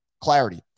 clarity